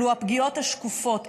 אלו הפגיעות השקופות,